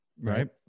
Right